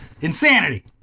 Insanity